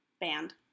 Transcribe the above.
band